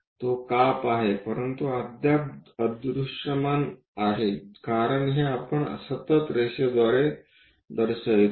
तो काप आहे परंतु अद्याप दृश्यमान आहे कारण हे आपण सतत रेषेद्वारे दर्शवितो